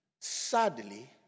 sadly